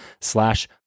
slash